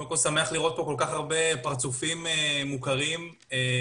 אלה בדיוק הדברים שהמשרד לנושאים אסטרטגיים והסברה עוסק בהם,